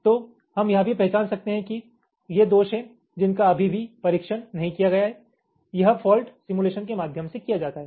तो हम यह भी पहचान सकते हैं कि ये दोष हैं जिनका अभी भी परीक्षण नहीं किया गया हैं यह फॉल्ट सिमुलेशन के माध्यम से किया जाता है